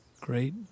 great